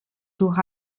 durch